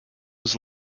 was